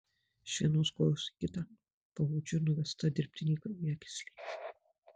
iš vienos kojos į kitą paodžiu nuvesta dirbtinė kraujagyslė